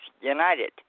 United